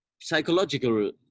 psychological